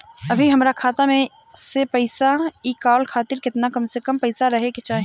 अभीहमरा खाता मे से पैसा इ कॉल खातिर केतना कम से कम पैसा रहे के चाही?